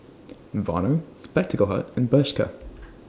Vono Spectacle Hut and Bershka